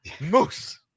moose